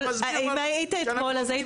שאתה מסביר לנו שאנחנו מתנהגים יפה בכנסת.